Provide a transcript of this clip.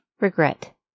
regret